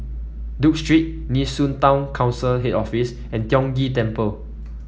Duke Street Nee Soon Town Council Head Office and Tiong Ghee Temple